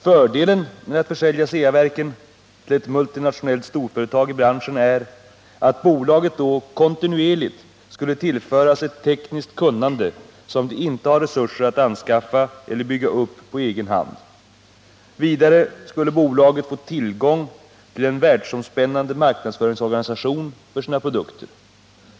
Fördelen med att försälja Ceaverken till ett multinationellt storföretag i branschen är att bolaget då kontinuerligt skulle tillföras ett tekniskt kunnande som det inte har resurser att anskaffa eller bygga upp på egen hand. Vidare skulle bolaget få tillgång till en världsomspännande marknadsföringsorganisation för sina produkter.